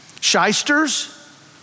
Shysters